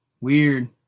weird